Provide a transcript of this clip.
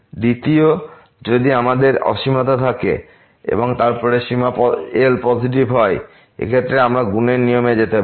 দ্বিতীয়ত যদি আমাদের অসীমতা থাকে এবং তারপর এই সীমা L পজিটিভ হয় এক্ষেত্রে আমরা গুণের নিয়মে যেতে পারি